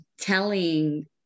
telling